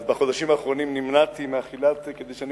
אז בחודשים האחרונים נמנעתי מאכילה כדי שאני